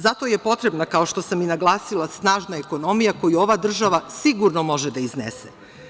Zato je potrebna, kao što sam i naglasila snažna ekonomija koju ova država sigurno može da iznese.